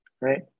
right